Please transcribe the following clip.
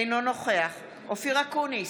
אינו נוכח אופיר אקוניס,